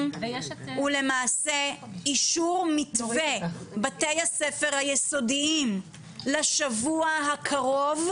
הוא למעשה אישור מתווה בתי הספר היסודיים לשבוע הקרוב,